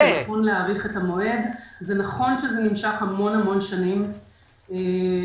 תיקון החוק הזה מאפשר לחברת נמלי ישראל לתת את השירותים האלה,